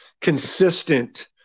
consistent